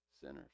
sinners